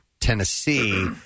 Tennessee